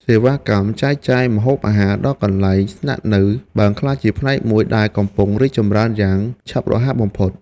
សេវាកម្មចែកចាយម្ហូបអាហារដល់កន្លែងស្នាក់នៅបានក្លាយជាផ្នែកមួយដែលកំពុងរីកចម្រើនយ៉ាងឆាប់រហ័សបំផុត។